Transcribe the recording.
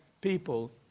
people